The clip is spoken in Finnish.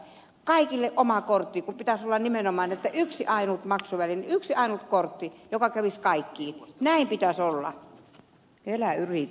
kaikille oma kortti kun pitäisi olla nimenomaan että yksi ainut maksuväline yksi ainut kortti joka kävisi kaikkiin näin pitää salla elää yli